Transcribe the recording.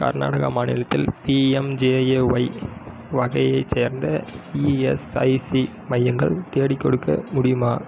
கர்நாடக மாநிலத்தில் பிஎம்ஜெஏஒய் வகையைச் சேர்ந்த இஎஸ்ஐசி மையங்கள் தேடிக்கொடுக்க முடியுமா